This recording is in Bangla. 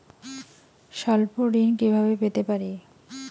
স্বল্প ঋণ কিভাবে পেতে পারি?